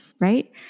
right